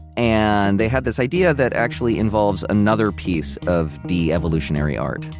and they had this idea that actually involves another piece of devolutionary art.